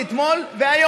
אבל לא יותר.